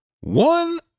one